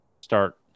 start